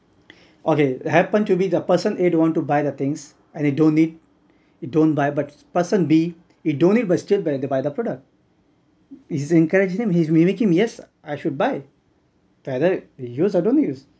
okay it happened to be the person a don't want to buy the things and he don't need he don't buy but person b he don't need but still buy the buy the product he is encouraging him he's mimicking him yes I should buy whether use or don't use